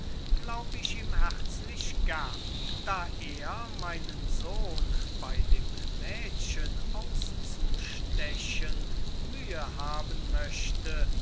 glaub ich ihm herzlich gern da er meinen sohn bei dem mädchen auszustechen mühe haben möchte